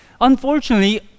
unfortunately